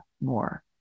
more